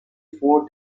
four